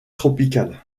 tropicale